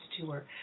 tour